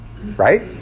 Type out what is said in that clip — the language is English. Right